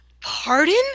Pardon